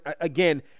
Again